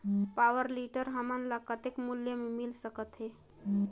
Power tiller हमन ल कतेक मूल्य मे मिल सकथे?